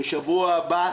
בשבוע הבא,